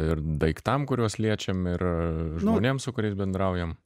ir daiktam kuriuos liečiam ir žmonėm su kuriais bendraujam